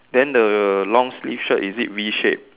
then the long sleeve shirt is it V shaped